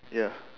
ya